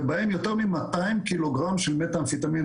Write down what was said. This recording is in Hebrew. ובהם יותר מ-200 קילוגרם של מתאמפטמין,